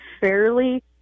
fairly